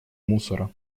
мусора